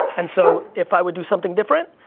and so, if i would do something different,